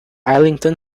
islington